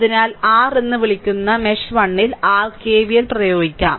അതിനാൽ r എന്ന് വിളിക്കുന്ന മെഷ് 1 ൽ r KVL പ്രയോഗിച്ചാൽ